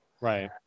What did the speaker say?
Right